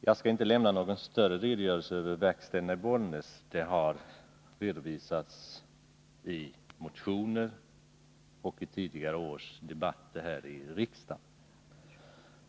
Jag skall inte lämna någon större redogörelse över dessa verkstäder — det har gjorts i motioner och i tidigare års debatter i riksdagen.